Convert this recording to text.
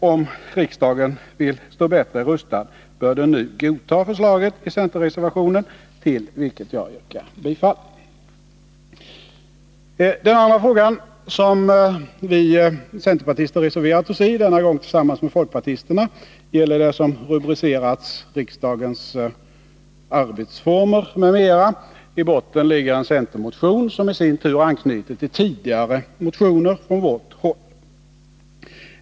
Om riksdagen vill stå bättre rustad bör den nu godta förslaget i centerreservationen till vilken jag yrkar bifall. Den andra fråga som vi centerpartister reserverat oss i — denna gång tillsammans med folkpartisterna — gäller det som rubricerats Riksdagens arbetsformer m.m. I botten ligger en centermotion, som i sin tur anknyter till tidigare motioner från vårt håll.